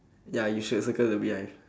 ya you should circle the beehive